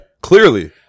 clearly